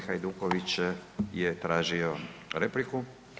G. Hajduković je tražio repliku.